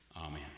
amen